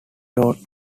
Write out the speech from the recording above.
wrote